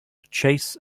chase